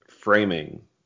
framing